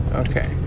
Okay